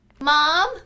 mom